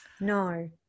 No